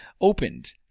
opened